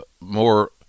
more